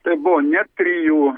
tai buvo ne trijų